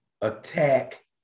attack